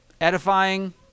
edifying